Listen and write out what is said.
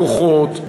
כוחות,